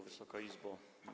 Wysoka Izbo!